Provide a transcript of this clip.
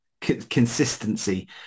consistency